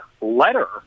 letter